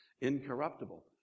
Incorruptible